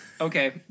okay